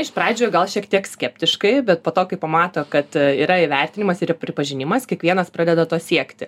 iš pradžių gal šiek tiek skeptiškai bet po to kai pamato kad yra įvertinimas yra pripažinimas kiekvienas pradeda to siekti